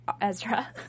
Ezra